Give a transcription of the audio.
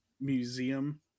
museum